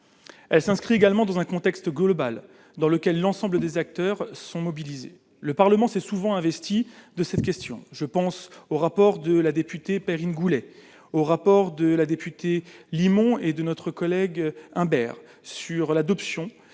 elle s'inscrit également dans un contexte global dans lequel l'ensemble des acteurs sont mobilisés, le Parlement s'est souvent investi de cette question, je pense au rapport de la députée Perrine Goulet au rapport de la députée limon et de notre collègue Imbert sur l'adoption